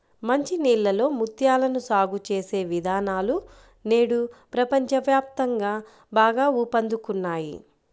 మంచి నీళ్ళలో ముత్యాలను సాగు చేసే విధానాలు నేడు ప్రపంచ వ్యాప్తంగా బాగా ఊపందుకున్నాయి